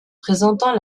présentant